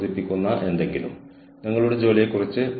എന്നാൽ ഇത് മികച്ച സേവനമാണെന്ന് നിങ്ങൾക്ക് എങ്ങനെ അറിയാം